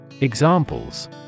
Examples